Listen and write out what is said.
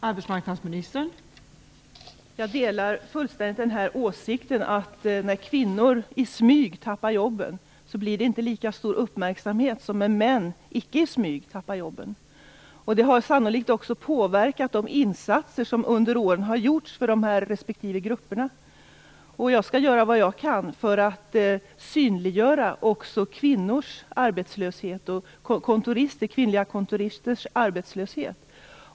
Fru talman! Jag delar fullständigt åsikten att det inte blir lika stor uppmärksamhet när kvinnor i smyg förlorar jobben som när män - icke i smyg - förlorar jobben. Det har sannolikt också påverkat de insatser som under åren har gjorts för dessa respektive grupper. Jag skall göra vad jag kan för att synliggöra också kvinnors, inklusive kvinnliga kontoristers, arbetslöshet.